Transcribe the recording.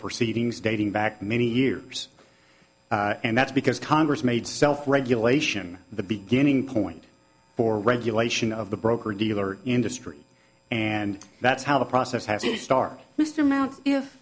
proceedings dating back many years and that's because congress made self regulation the beginning point for regulation of the broker dealer industry and that's how the process